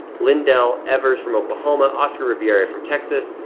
lindell evers from oklahoma, oscar riviera from texas,